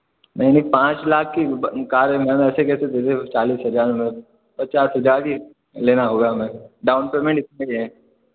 नहीं नहीं पाँच लाख की कार है मैम ऐसे कैसे दे दे चालीस हजार में पचास हजार ही लेना होगा हमें डाउन पेमेंट इतना ही है